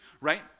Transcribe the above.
Right